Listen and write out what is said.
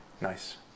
Nice